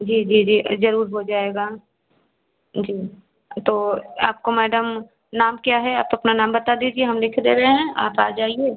जी जी जी ज़रूर हो जाएगा जी तो आपको मैडम नाम क्या है आप अपना नाम बता दीजिए हम लिख दे रए हैं आप आ जाइए